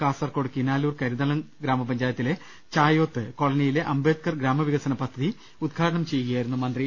കാസർക്കോട് കിനാലൂർ കരിന്തളം ഗ്രാമപഞ്ചായത്തിലെ ചായോത്ത് കോളനിയിലെ അംബേദ്കർ ഗ്രാമവികസന പദ്ധതി പ്രവൃത്തി ഉദ്ഘാ ടനം ചെയ്യുകയായിരുന്നു മന്ത്രി